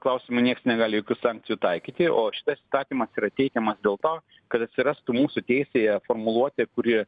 klausimu nieks negali jokių sankcijų taikyti o šitas įstatymas yra teikiamas dėl to kad atsirastų mūsų teisėje formuluotė kuri